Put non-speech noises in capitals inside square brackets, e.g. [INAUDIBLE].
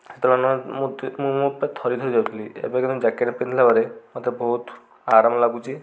ସେତେବେଳେ [UNINTELLIGIBLE] ମୁଁ ମୁଁ ଥରି ଥରି ଯାଉଥିଲି ଏବେ କେତେ ଜ୍ୟାକେଟ୍ ପିନ୍ଧିଲା ପରେ ମୋତେ ବହୁତ ଆରାମ ଲାଗୁଛି